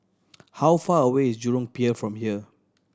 how far away is Jurong Pier from here